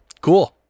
Cool